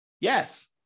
Yes